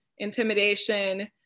intimidation